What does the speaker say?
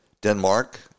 Denmark